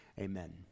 amen